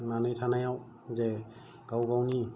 थांनानै थानायाव जे गाव गावनि